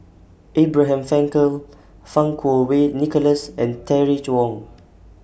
Abraham Frankel Fang Kuo Wei Nicholas and Terry Wong